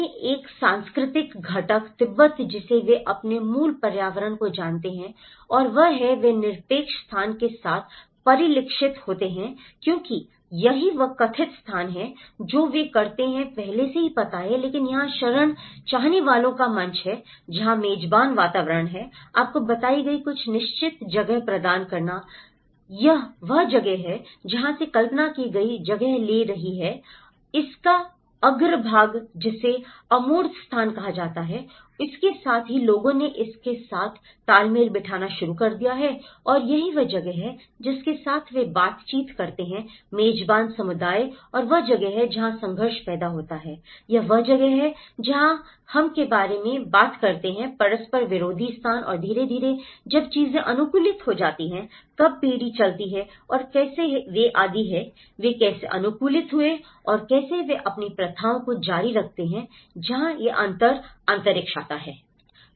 में एक सांस्कृतिक घटक तिब्बत जिसे वे अपने मूल पर्यावरण को जानते हैं और वह है वे निरपेक्ष स्थान के साथ परिलक्षित होते हैं क्योंकि यही वह कथित स्थान है जो वे करते हैं पहले से ही पता है लेकिन यहाँ शरण चाहने वालों का मंच है जहां मेजबान वातावरण है आपको बताई गई कुछ निश्चित जगह प्रदान करना यह वह जगह है जहां से कल्पना की गई जगह ले रही है इसका अग्रभाग जिसे अमूर्त स्थान कहा जाता है और इसके साथ ही लोगों ने इसके साथ तालमेल बिठाना शुरू कर दिया और यही वह जगह है जिसके साथ वे बातचीत करते हैं मेजबान समुदाय और वह जगह है जहाँ संघर्ष पैदा होता है यह वह जगह है जहाँ हम के बारे में बात करते हैं परस्पर विरोधी स्थान और धीरे धीरे जब चीजें अनुकूलित हो जाती हैं कब पीढ़ी चलती है और कैसे वे आदी हैं वे कैसे अनुकूलित हुए और कैसे वे अपनी प्रथाओं को जारी रखते हैं जहां ए अंतर अंतरिक्ष आता है